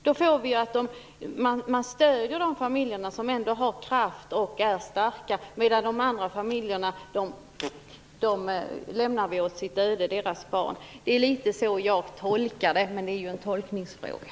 Då blir det så att vi stöder de familjer som har kraft och är starka, medan vi lämnar barnen från de andra familjerna åt sitt öde. Det är så jag tolkar det. Det är en tolkningsfråga.